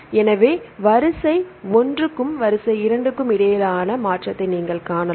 எனவே வரிசை ஒன்றுக்கும் வரிசை இரண்டுக்கும் இடையிலான மாற்றத்தை நீங்கள் காணலாம்